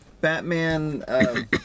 Batman